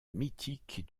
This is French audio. mythique